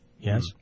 yes